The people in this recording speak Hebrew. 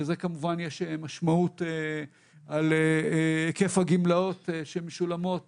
לזה כמובן יש משמעות לגבי היקף הגמלאות שמשולמות